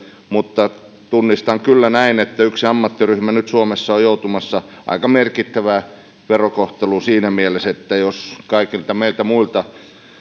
mutta tunnistan kyllä että yksi ammattiryhmä nyt suomessa on joutumassa aika merkittävään verokohteluun jos kaikilta meiltä muilta